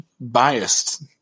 biased